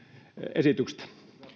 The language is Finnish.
esityksestä